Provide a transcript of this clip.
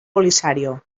polisario